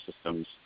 systems